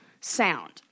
sound